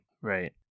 Right